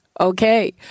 Okay